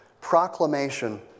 proclamation